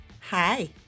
Hi